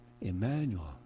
Emmanuel